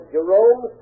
Jerome